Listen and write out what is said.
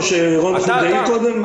או שרון חולדאי קודם?